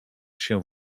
się